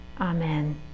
Amen